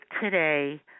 today